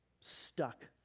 stuck